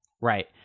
Right